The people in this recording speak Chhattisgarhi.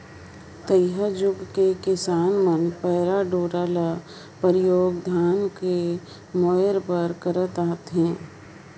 तइहा जुग ले किसान मन पैरा डोरा कर परियोग धान कर मोएर बर करत आत अहे